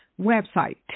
Website